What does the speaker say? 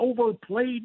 overplayed